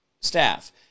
staff